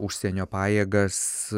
užsienio pajėgas